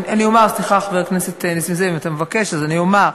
אני אומר,